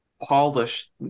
polished